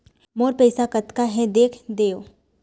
मोर पैसा कतका हे देख देव?